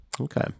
Okay